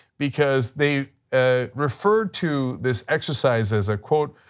because they ah referred to this exercise as a, quote,